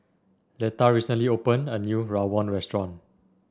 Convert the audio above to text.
Leta recently opened a new Rawon restaurant